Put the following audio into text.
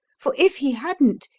for if he hadn't,